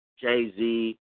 Jay-Z